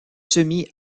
semi